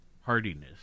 hardiness